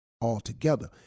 altogether